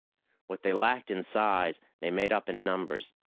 what they lacked in size they made up in numbers,